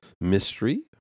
mystery